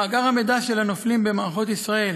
מאגר המידע של הנופלים במערכות ישראל